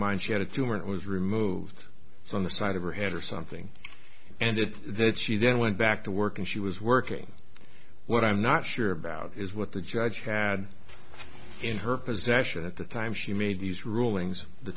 mind she had a tumor that was removed from the side of her head or something and it that she then went back to work and she was working what i'm not sure about is what the judge had in her possession at the time she made these rulings the